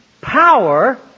power